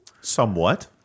somewhat